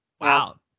Wow